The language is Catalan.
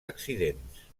accidents